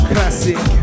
Classic